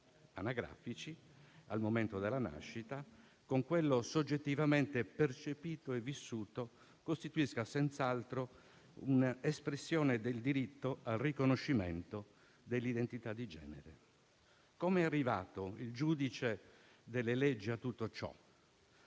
anagrafici al momento della nascita con quello soggettivamente percepito e vissuto costituisca senz'altro un'espressione del diritto al riconoscimento dell'identità di genere. [**Presidenza del vice presidente LA